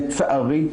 לצערי,